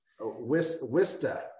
wista